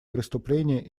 преступления